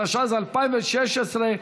התשע"ז 2016,